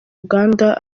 uganda